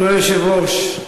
אדוני היושב-ראש,